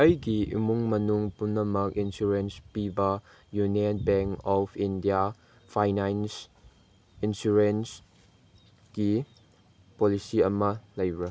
ꯑꯩꯒꯤ ꯏꯃꯨꯡ ꯃꯅꯨꯡ ꯄꯨꯝꯅꯃꯛ ꯏꯟꯁꯨꯔꯦꯟꯁ ꯄꯤꯕ union bank of India finance ꯏꯟꯁꯨꯔꯦꯟꯁꯀꯤ ꯄꯣꯂꯤꯁꯤ ꯑꯃ ꯂꯩꯕ꯭ꯔꯥ